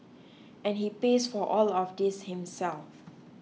and he pays for all of this himself